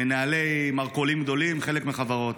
ממנהלי מרכולים גדולים, חלק מחברות.